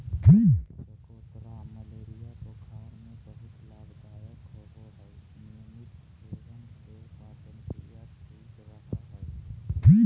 चकोतरा मलेरिया बुखार में बहुत लाभदायक होवय हई नियमित सेवन से पाचनक्रिया ठीक रहय हई